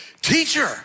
teacher